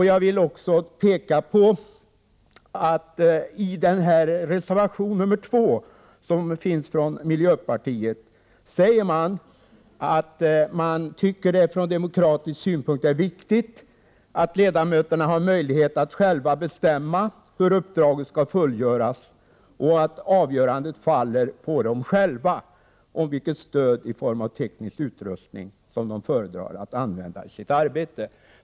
Jag vill också betona att i reservation 2 från miljöpartiets företrädare sägs att partiet tycker att det från demokratisk synpunkt är viktigt att ledamöterna har möjlighet att själva bestämma hur uppdraget skall fullgöras och att avgörandet faller på dem själva vilket stöd i form av teknisk utrustning som de föredrar att använda i sitt arbete.